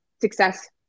success